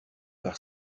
par